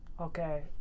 Okay